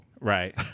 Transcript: Right